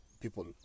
people